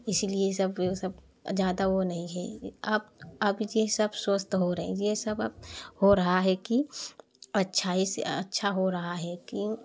इसीलिए सब वे सब जादा वो नहीं है आप आप ये सब स्वस्थ हो रहे हैं ये सब अब हो रहा है कि अच्छाई से अच्छा हो रहा है क्यों